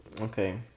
okay